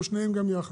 או שניהם גם יחד,